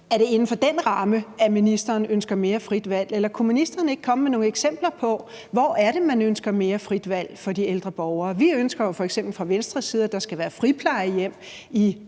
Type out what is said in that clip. Er det inden for den ramme, at ministeren ønsker mere frit valg? Eller kunne ministeren ikke komme med nogle eksempler på, hvor det så er, at man ønsker mere frit valg for de ældre borgere? Vi ønsker jo f.eks. fra Venstres side, at der skal være friplejehjem i